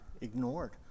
ignored